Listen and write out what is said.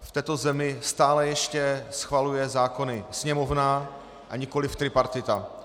V této zemi stále ještě schvaluje zákony Sněmovna, a nikoliv tripartita.